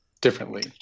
differently